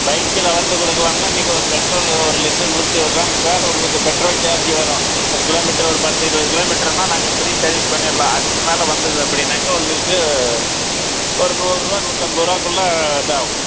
பைக்கில் வந்து கொடுக்கலாம்னா இன்றைக்கி ஒரு பெட்ரோலு ஒரு லிட்ரு நூற்றி ஒருரூவாங்க சார் உங்களுக்கு பெட்ரோல் சார்ஜு வரும் எத்தனை கிலோமீட்ரு ஒரு பத்து இருபது கிலோமீட்ருன்னால் நாங்கள் ஃப்ரீ சர்வீஸ் பண்ணிடலாம் அதுக்கு மேல் வந்தது அப்படின்னாக்க உங்களுக்கு ஒரு நூறுரூவா நூற்றைம்பது ரூபாக்குள்ள இதாகும்